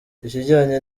ikijyanye